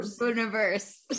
universe